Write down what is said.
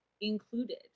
included